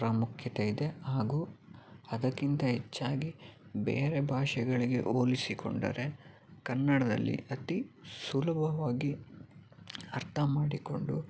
ಪ್ರಾಮುಖ್ಯತೆ ಇದೆ ಹಾಗೂ ಅದಕ್ಕಿಂತ ಹೆಚ್ಚಾಗಿ ಬೇರೆ ಭಾಷೆಗಳಿಗೆ ಹೋಲಿಸಿಕೊಂಡರೆ ಕನ್ನಡದಲ್ಲಿ ಅತಿ ಸುಲಭವಾಗಿ ಅರ್ಥಮಾಡಿಕೊಂಡು